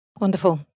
Wonderful